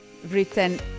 written